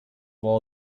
all